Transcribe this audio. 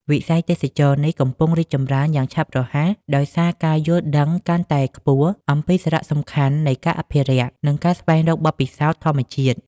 វិស័យទេសចរណ៍នេះកំពុងរីកចម្រើនយ៉ាងឆាប់រហ័ស ដោយសារការយល់ដឹងកាន់តែខ្ពស់អំពីសារៈសំខាន់នៃការអភិរក្ស និងការស្វែងរកបទពិសោធន៍ធម្មជាតិ។